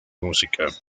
música